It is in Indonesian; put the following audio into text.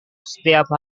setiap